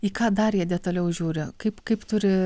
į ką dar jie detaliau žiūri kaip kaip turi